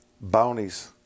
bounties